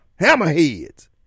hammerheads